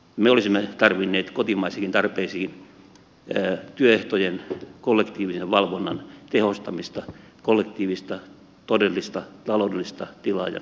me olisimme tarvinneet kotimaisiinkin tarpeisiin työehtojen kollektiivisen valvonnan tehostamista kollektiivista todellista taloudellista tilaajavastuuta